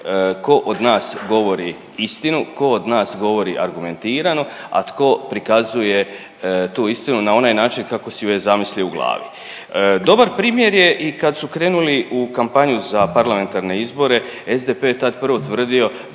ko od nas govori istinu, ko od nas govori argumentirano, a tko prikazuje tu istinu na onaj način kako si ju je zamislio u glavi. Dobar primjer je i kad su krenuli u kampanju za parlamentarne izbore, SDP je tad prvo tvrdio